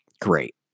Great